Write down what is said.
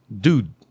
dude